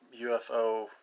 UFO